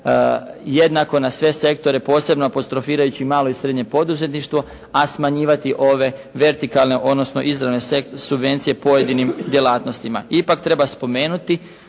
jednako na sve sektore posebno apostrofirajući malo i srednje poduzetništvo, a smanjivati ove vertikalne odnosno izravne subvencije pojedinim djelatnostima. Ipak treba spomenuti